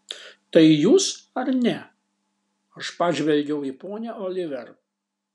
tai jūs ar ne aš pažvelgiau į ponią oliver